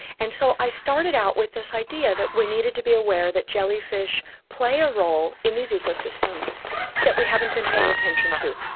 and so i started out with this idea that we needed to be aware that jellyfish play a role in these ecosystems that we haven't been paying attention to.